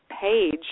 page